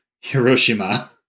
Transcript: Hiroshima